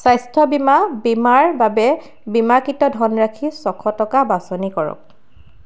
স্বাস্থ্য বীমা বীমাৰ বাবে বীমাকৃত ধনৰাশি ছশ টকা বাছনি কৰক